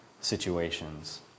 situations